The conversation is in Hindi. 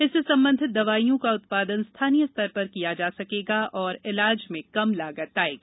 इससे संबंधित दवाइयों का उत्पादन स्थानीय स्तर पर किया जा सकेगा और इलाज में कम लागत आएगी